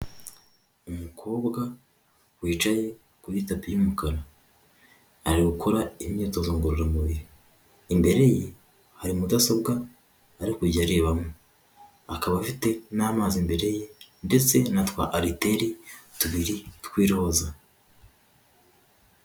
Umukobwa wicaye kuri tapi y'umukara ari gukora imyitozo ngororamubiri, imbere ye hari mudasobwa ari kujya arebamo, akaba afite n'amazi imbere ye ndetse na twa ariteri tubiri tw'iroza.